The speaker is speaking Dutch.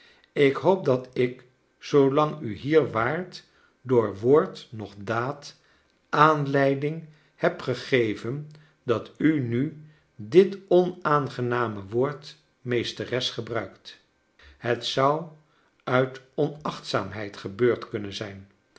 ik hoop dat ik zoo lang u hier waart door woord noch daad aanleiding heb gegeven dat u nu dit onaangename woord meesteres gebruikt het zou uit onachtzaamheid gebeurd kunnen zijn